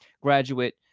graduate